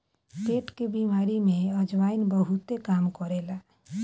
पेट के बेमारी में अजवाईन बहुते काम करेला